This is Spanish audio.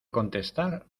contestar